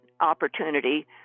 opportunity